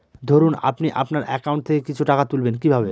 ধরুন আপনি আপনার একাউন্ট থেকে কিছু টাকা তুলবেন কিভাবে?